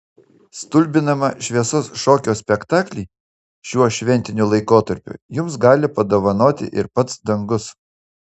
stulbinamą šviesos šokio spektaklį šiuo šventiniu laikotarpiu jums gali padovanoti ir pats dangus